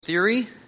theory